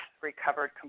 Recovered